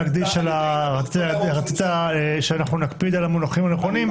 רצית שנקפיד על המונחים הנכונים.